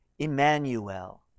Emmanuel